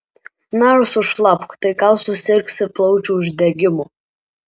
na ir sušlapk tai gal susirgsi plaučių uždegimu